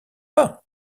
pas